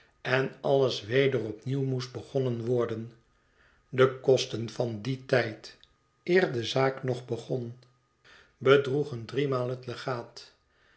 en alles weder opnieuw moest begonnen worden de kosten van dien tijd eer de zaak nog begon bedroegen driemaal het legaat